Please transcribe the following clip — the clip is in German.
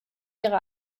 ihre